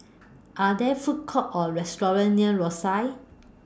Are There Food Courts Or restaurants near Rosyth